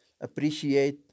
appreciate